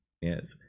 Yes